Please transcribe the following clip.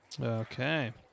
Okay